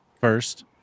first